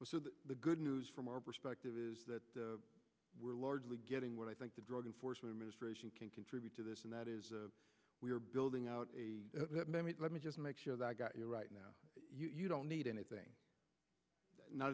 list the good news from our perspective is that we're largely getting what i think the drug enforcement administration can contribute to this and that is we're building out a let me just make sure that i got you right now you don't need anything not